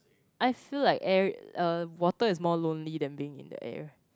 I feel like air uh water is more lonely than being in the air